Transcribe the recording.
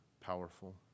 powerful